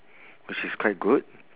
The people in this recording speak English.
which is quite good